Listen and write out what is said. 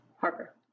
Harper